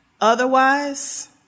Otherwise